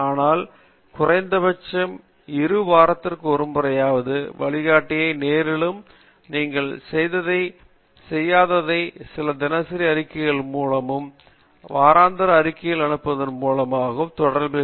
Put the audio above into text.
ஆனால் குறைந்தபட்சம் இரு வாரத்திற்கு ஒரு முறையாவது வழிகாட்டியை நேரிலும் நீங்கள் செய்ததை செய்யாததை சில தினசரி அறிக்கைகள் அல்லது வாராந்திர அறிக்கைகளை அனுப்புவதன் மூலமாகவும் தொடர்பில் இருக்கலாம்